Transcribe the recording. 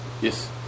Yes